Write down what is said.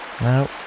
No